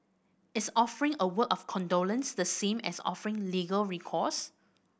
is offering a word of condolence the same as offering legal recourse